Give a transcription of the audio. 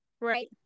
Right